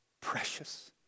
precious